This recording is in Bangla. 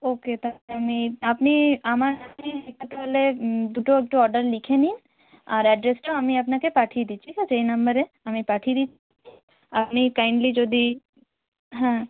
ওকে তাহলে আমি আপনি আমার আপনি একটু তাহলে দুটো একটু অর্ডার লিখে নিন আর অ্যাড্রেসটাও আমি আপনাকে পাঠিয়ে দিই ঠিক আছে এই নাম্বারে আমি পাঠিয়ে দিই আপনি কাইন্ডলি যদি হ্যাঁ